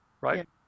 right